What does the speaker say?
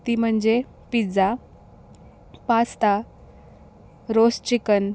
ती म्हणजे pizza pasta roast chicken